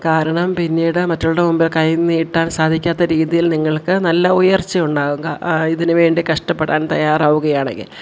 കാരണം പിന്നീട് മറ്റുള്ളവരുടെ മുൻപിൽ കൈനീട്ടാൻ സാധിക്കാത്ത രീതിയിൽ നിങ്ങൾക്ക് നല്ല ഉയർച്ച ഉണ്ടാവുക ഇതിനുവേണ്ടി കഷ്ടപ്പെടാൻ തയ്യാറാവുകയാണെങ്കിൽ